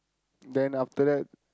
then after that